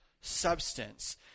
substance